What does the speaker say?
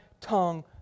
tongue